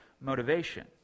motivation